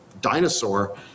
dinosaur